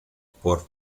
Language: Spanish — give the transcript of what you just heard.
por